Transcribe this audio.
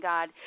God